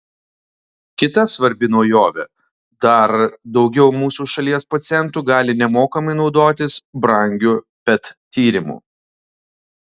kita svarbi naujovė dar daugiau mūsų šalies pacientų gali nemokamai naudotis brangiu pet tyrimu